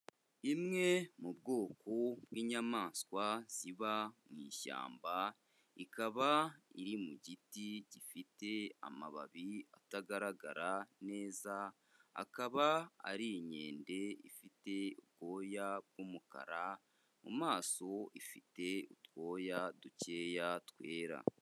Imwe mu bwoko bw'inyamaswa ziba mu ishyamba, ikaba iri mu giti gifite amababi atagaragara neza, akaba ari inkende ifite ubwoya bw'umukara, mu maso ifite utwoya dukeya twera.